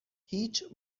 هیچ